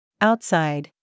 Outside